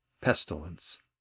pestilence